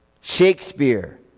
Shakespeare